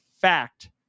fact